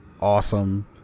awesome